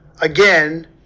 again